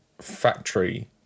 factory